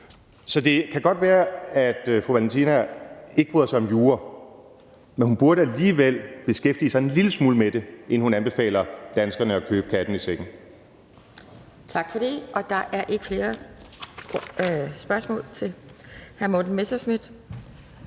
Så det kan godt være, at fru Anne Valentina Berthelsen ikke bryder sig om jura, men hun burde alligevel beskæftige sig en lille smule med det, inden hun anbefaler danskerne at købe katten i sækken. Kl. 11:23 Anden næstformand